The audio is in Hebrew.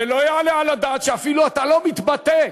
ולא יעלה על הדעת שאתה אפילו לא מתבטא,